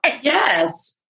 Yes